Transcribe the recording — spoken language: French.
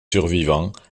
survivants